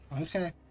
Okay